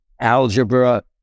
algebra